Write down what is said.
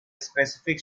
specific